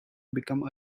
become